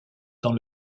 dans